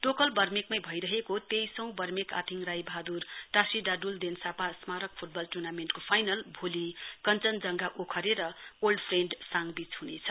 टोकल वर्मेकमै भइरहेको तेइसौं वर्मेक आथिङ राय वहादुर टाशी डाड्रूल देन्सापा स्मारक फ्टबल टर्नामेण्टको फाइनल भोलि कञ्चनजंघा ओखरे र ओल्ड फ्रेण्ड साङवीच ह्नेछ